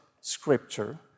Scripture